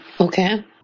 okay